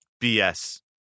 BS